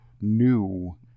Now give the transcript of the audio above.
new